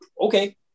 okay